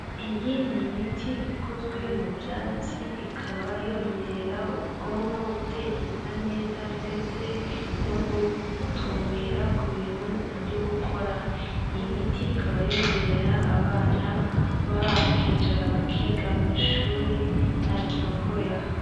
Iyi ni imiti ikozwe mu byatsi, ikaba yongerera ubwonko gutekereza neza ndetse no gutumbera ku bintu uri gukora, iyi miti ikaba yongerera abana kuba bakicara bakiga mu ishuri nta kirogoya.